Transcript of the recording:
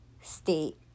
state